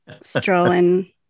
strolling